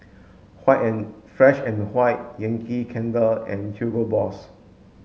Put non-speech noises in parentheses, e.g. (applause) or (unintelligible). (unintelligible) Fresh and White Yankee Candle and Hugo Boss